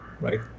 right